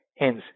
Hence